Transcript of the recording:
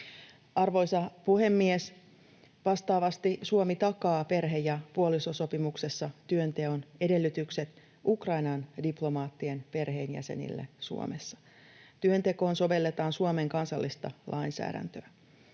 Arvoisa puhemies! Vastaavasti Suomi takaa perhe- ja puolisosopimuksessa työnteon edellytykset Ukrainan diplomaattien perheenjäsenille Suomessa. Työntekoon sovelletaan Suomen kansallista lainsäädäntöä.